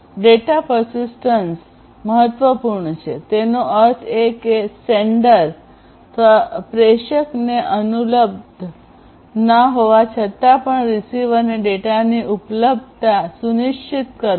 data persistence persistence દ્રઢતા મહત્વપૂર્ણ છે તેનો અર્થ એ કે સેન્ડર પ્રેષક અનુપલબ્ધ ના હોવા છતાં પણ રીસીવરને ડેટાની ઉપલબ્ધતા સુનિશ્ચિત કરવું